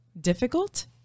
difficult